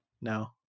No